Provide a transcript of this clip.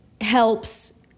helps